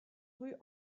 rue